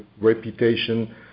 reputation